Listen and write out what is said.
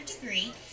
degree